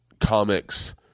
comics